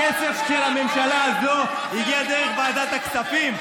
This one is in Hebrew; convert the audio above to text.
הכסף של הממשלה הזאת הגיע דרך ועדת הכספים,